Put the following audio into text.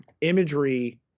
imagery